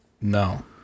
No